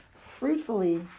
fruitfully